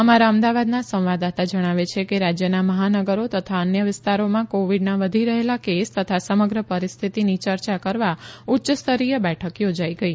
અમારા અમદાવાદના સંવાદદાતા જણાવે છે કે રાજ્યના મહાનગરો તથા અન્ય વિસ્તારોમાં કોવિડના વધી રહેલા કેસ તથા સમગ્ર પરિસ્થિતિની ચર્ચા કરવા ઉચ્યસ્તરીય બેઠક યોજાઈ ગઈ